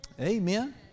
Amen